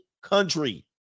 country